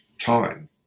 time